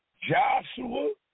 Joshua